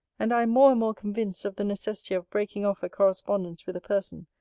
and i am more and more convinced of the necessity of breaking off a correspondence with a person,